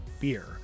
Beer